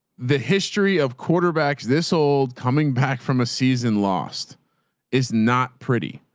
the history of quarterbacks, this old coming back from a seasoned lost is not pretty.